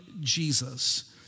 Jesus